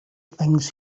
things